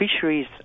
fisheries